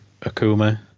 Akuma